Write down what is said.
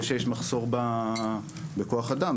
זה שיש מחסור בכוח אדם,